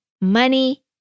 money